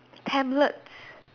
tablets